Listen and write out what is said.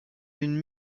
une